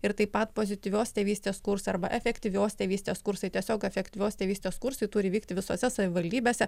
ir taip pat pozityvios tėvystės kursai arba efektyvios tėvystės kursai tiesiog efektyvios tėvystės kursai turi vykti visose savivaldybėse